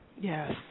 Yes